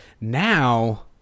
Now